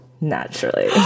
naturally